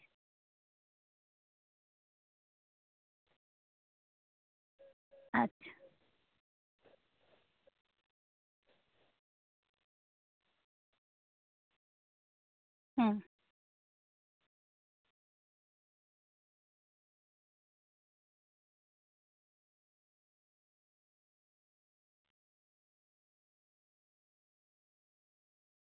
ᱟᱪᱪᱷᱟ ᱦᱩᱸ